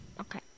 Okay